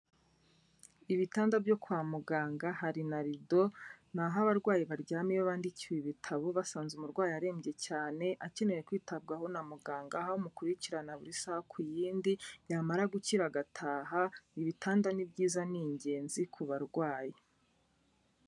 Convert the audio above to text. Ibitanda byo kwa muganga hari na rido, ni aho abarwayi baryama iyo bandikiwe ibitaro basanze umurwayi arembye cyane akeneye kwitabwaho na muganga, aho amukurikirana buri saha ku yindi yamara gukira agataha, ibitanda ni byiza, ni ingenzi ku barwayi.